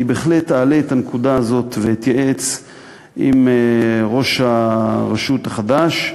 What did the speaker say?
אני בהחלט אעלה את הנקודה הזאת ואתייעץ עם ראש הרשות החדש.